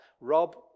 Rob